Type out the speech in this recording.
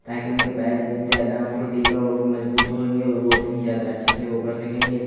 ताकि उनके पैर जितने ज़्यादा फुर्तीले मज़बूत होंगे वह उतनी ही ज़्यादा अच्छे से वह कर सकेंगे